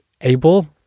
able